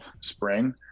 spring